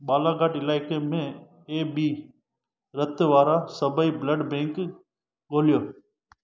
बालाघाट इलाइके में एबी रत वारा सभई ब्लड बैंक ॻोल्हियो